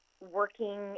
working